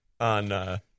On